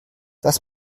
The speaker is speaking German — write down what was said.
das